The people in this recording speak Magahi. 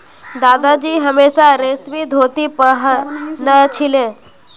दादाजी हमेशा रेशमी धोती पह न छिले